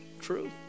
true